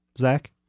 Zach